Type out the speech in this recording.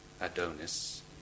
Adonis